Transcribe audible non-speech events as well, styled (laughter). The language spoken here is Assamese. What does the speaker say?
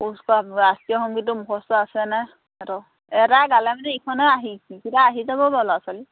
(unintelligible) ৰাষ্ট্ৰীয় সংগীতটো মুখস্থ আছেনে নাই সিহঁতৰ এটাই গালে মানে ইখনৰ আহি ইকেইটাই আহি যাব বাৰু ল'ৰা ছোৱালী